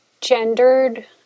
gendered